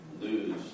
lose